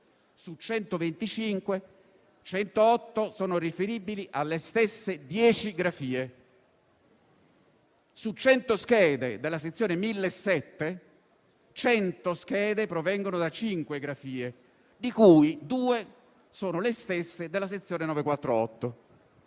948, 108 sono riferibili alle stesse dieci grafie. Su 100 schede della sezione 1.007, 100 schede provengono da cinque grafie, di cui due sono le stesse della sezione 948.